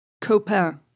Copain